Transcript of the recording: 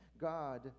God